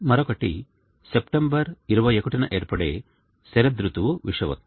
మరొకటి సెప్టెంబర్ 21న ఏర్పడే శరదృతువు విషువత్తు